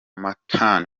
manhattan